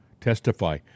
testify